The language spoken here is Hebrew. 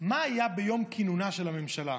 מה היה ביום כינונה של הממשלה?